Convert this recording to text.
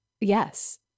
yes